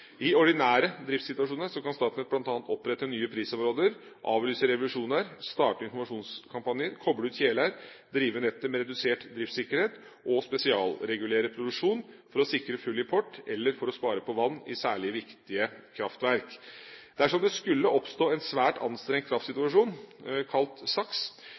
I ordinære driftssituasjoner kan Statnett bl.a. opprette nye prisområder, avlyse revisjoner, starte informasjonskampanjer, koble ut kjeler, drive nettet med redusert driftssikkerhet og spesialregulere produksjon for å sikre full import eller for å spare på vann i særlig viktige kraftverk. Dersom det skulle oppstå en svært anstrengt kraftsituasjon, kalt SAKS,